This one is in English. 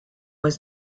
was